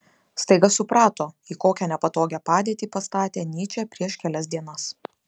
staiga suprato į kokią nepatogią padėtį pastatė nyčę prieš kelias dienas